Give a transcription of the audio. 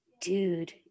Dude